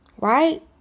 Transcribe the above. Right